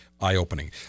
eye-opening